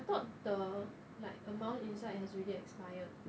I thought the like amount inside has already expired